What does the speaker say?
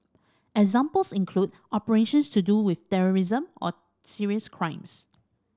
examples include operations to do with terrorism or serious crimes